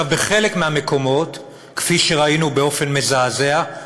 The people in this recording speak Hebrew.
בחלק מהמקומות, כפי שראינו באופן מזעזע,